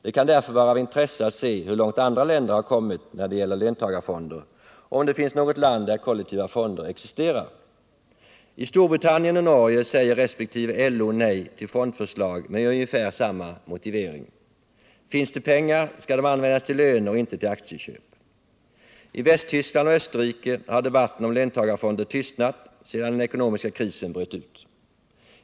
Det kan därför vara av intresse att se hur långt andra länder har kommit när det gäller löntagarfonder och om det finns något land där kollektiva fonder existerar. I Storbritannien och Norge säger resp. LO nej till fondförslag med ungefär samma motivering: Finns det pengar skall de användas till löner och inte till aktieköp. I Västtyskland och Österrike har debatten om löntagarfonder tystnat sedan den ekonomiska krisen bröt ut.